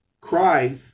Christ